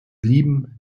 blieben